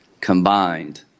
combined